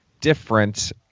different